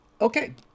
okay